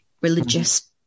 religious